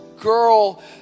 girl